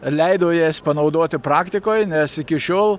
leido jas panaudoti praktikoj nes iki šiol